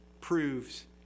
proves